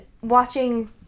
watching